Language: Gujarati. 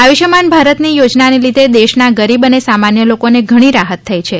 આયુષ્માન ભારતની યોજનાને લીધે દેશના ગરીબ અને સામાન્ય લોકોને ઘણી રાહત થઇ છે